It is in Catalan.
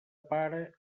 pare